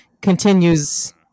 continues